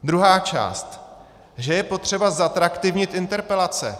Druhá část, že je potřeba zatraktivnit interpelace.